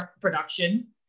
production